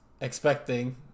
expecting